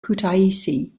kutaisi